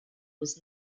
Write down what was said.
was